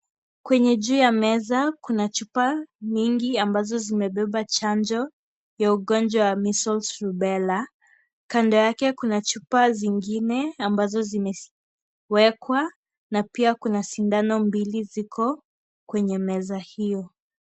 Kwenye juu ya meza kuna chupa mingi ambazo zimebeba chanjo ya ugonjwa wa measles rubella na kando yake kuna chupa zingine ambazo zimewekwa na pia kuna sindano mbili ziko kwenye meza hiyo.